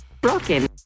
Broken